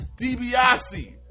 DiBiase